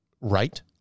right